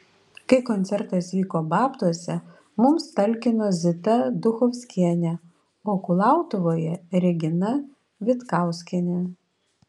kai koncertas vyko babtuose mums talkino zita duchovskienė o kulautuvoje regina vitkauskienė